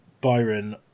Byron